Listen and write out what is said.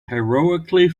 heroically